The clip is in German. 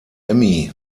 emmy